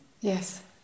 Yes